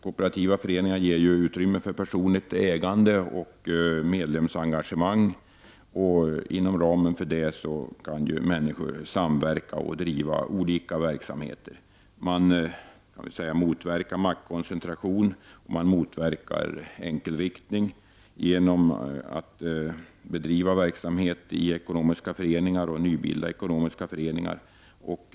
Kooperativa föreningar ger utrymme för personligt ägande och medlemsengagemang. Inom ramen för detta kan människor samverka och driva olika verksamheter. Man motverkar maktkoncentration och enkelriktning genom att bedriva verksamhet i ekonomiska föreningar och nybilda sådana.